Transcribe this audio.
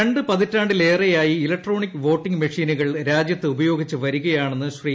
രണ്ടു പതിറ്റാണ്ടിലേറെയായി electronic voting മെഷീനുകൾ രാജ്യത്ത് ഉപയോഗിച്ചു വരികയാണെന്ന് ശ്രീ